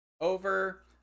Over